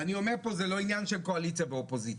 ואני אומר פה: זה לא עניין של קואליציה ואופוזיציה,